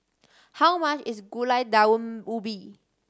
how much is Gulai Daun Ubi